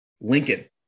Lincoln